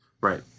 Right